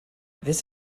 this